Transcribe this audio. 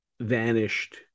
vanished